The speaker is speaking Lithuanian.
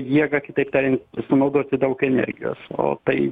jėgą kitaip tariant sunaudoti daug energijos o tai